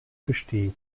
besteht